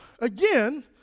again